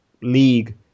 League